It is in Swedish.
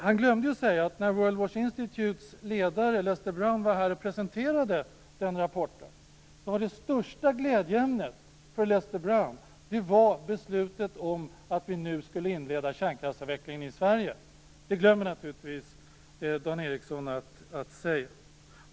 Han glömde att säga att när World Watch Institutes ledare Lester Brown var här och presenterade rapporten var det största glädjeämnet för honom beslutet om att vi skulle inleda kärnkraftsavvecklingen i Sverige. Det glömmer naturligtvis Dan Ericsson att säga. Fru talman!